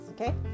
okay